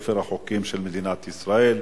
בספר החוקים של מדינת ישראל.